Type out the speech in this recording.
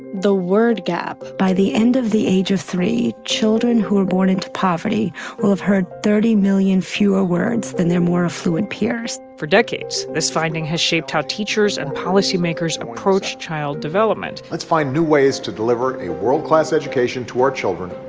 the word gap by the end of the age of three, children who are born into poverty will have heard thirty million fewer words than their more affluent peers for decades, this finding has shaped how teachers and policymakers approach child development let's find new ways to deliver a world-class education to our children,